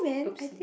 oopsie